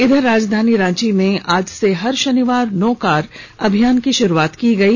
इधर राजधानी रांची में आज से हर शनिवार नो कार अभियान की षुरुआत की गयी